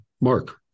Mark